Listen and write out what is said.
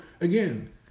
again